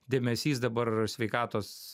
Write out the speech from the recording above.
dėmesys dabar sveikatos